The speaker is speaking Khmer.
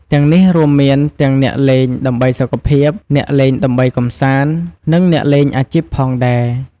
ទាំងនេះរួមមានទាំងអ្នកលេងដើម្បីសុខភាព អ្នកលេងដើម្បីកម្សាន្ត និងអ្នកលេងអាជីពផងដែរ។